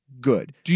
good